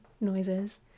noises